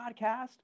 podcast